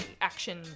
action